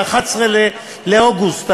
ב-11 באוגוסט.